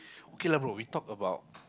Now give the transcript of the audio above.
okay lah bro we talk about